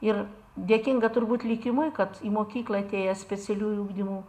ir dėkinga turbūt likimui kad į mokyklą atėję specialiųjų ugdymų